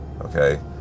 Okay